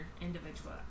individual